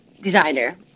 designer